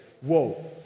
Whoa